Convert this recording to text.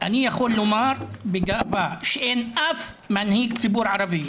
אני יכול לומר בגאווה שאין אף מנהיג ציבור ערבי,